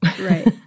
Right